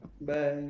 Bye